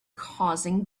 causing